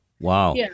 wow